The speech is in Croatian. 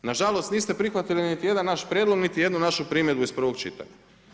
Na žalost niste prihvatili niti jedan naš prijedlog, niti jednu našu primjedbu iz prvog čitanja.